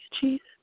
Jesus